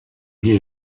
here